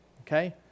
okay